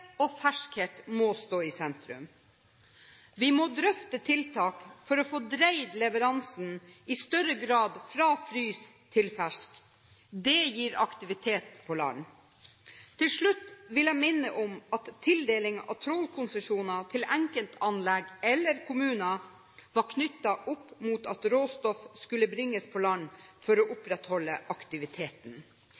og ferskhet må stå i sentrum. Vi må drøfte tiltak for å få dreid leveransene i større grad fra frossen til fersk. Det gir aktivitet på land. Til slutt vil jeg minne om at tildeling av trålkonsesjoner til enkeltanlegg eller kommuner var knyttet opp mot at råstoff skulle bringes på land for å